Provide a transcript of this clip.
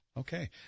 Okay